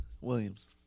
Williams